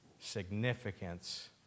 significance